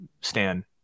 Stan